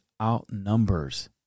outnumbers